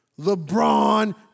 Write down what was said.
LeBron